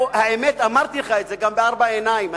האמת, אמרתי לך את זה גם בארבע עיניים.